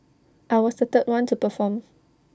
I was the third one to perform